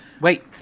Wait